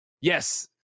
Yes